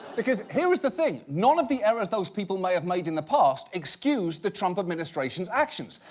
because here is the thing, none of the errors those people may have made in the past excuse the trump administration's actions.